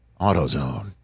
AutoZone